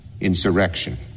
insurrection